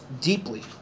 deeply